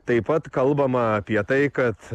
taip pat kalbama apie tai kad